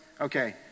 Okay